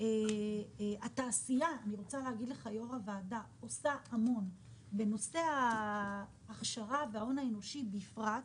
התעשייה עושה המון בנושא ההכשרה וההון האנושי בפרט.